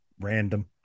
random